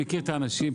מכיר את האנשים,